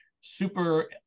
super